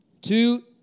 Two